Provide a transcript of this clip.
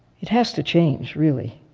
it has to change, really,